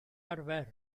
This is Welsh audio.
arfer